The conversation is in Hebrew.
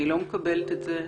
אני לא מקבלת את זה.